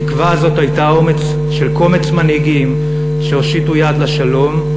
התקווה הזאת הייתה האומץ של קומץ מנהיגים שהושיטו יד לשלום,